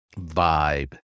vibe